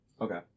Okay